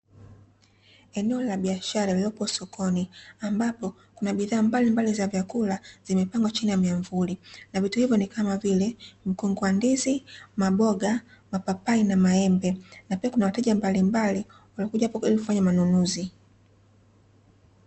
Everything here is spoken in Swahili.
Eneo la biashara lililopo sokoni, ambapo kuna bidhaa mbalimbali za vyakula zimepangwa chini ya miamvuli. Na vitu hivyo ni kama vile: mkungu wa ndizi, maboga, mapapai na maembe. Na pia kuna wateja mbalimali wamekuja hapo ili kufanya manunuzi.